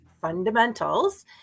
Fundamentals